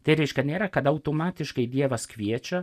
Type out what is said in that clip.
tai reiškia nėra kad automatiškai dievas kviečia